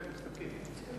כן, מסתפקים.